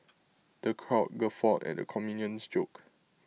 the crowd guffawed at the comedian's jokes